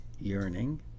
Yearning